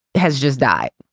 has just died,